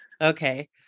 Okay